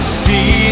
see